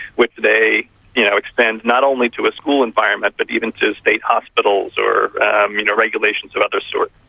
which they you know extend not only to a school environment but even to state hospitals or you know regulations of other sorts.